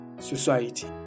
society